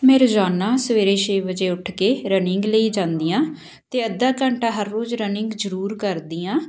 ਮੈ ਰੋਜ਼ਾਨਾ ਸਵੇਰੇ ਛੇ ਵਜੇ ਉੱਠ ਕੇ ਰਨਿੰਗ ਲਈ ਜਾਂਦੀ ਹਾਂ ਅਤੇ ਅੱਧਾ ਘੰਟਾ ਹਰ ਰੋਜ਼ ਰਨਿੰਗ ਜ਼ਰੂਰ ਕਰਦੀ ਹਾਂ